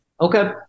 Okay